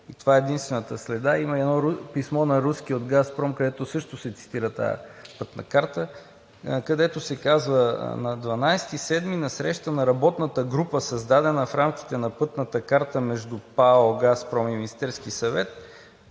това е единствената следа. Има и едно писмо на руски от „Газпром“, в което също се цитира тази пътна карта, където се казва: „На 12 юли на среща на работната група, създадена в рамките на Пътната карта между ПАО „Газпром“ и Министерския съвет,